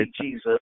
Jesus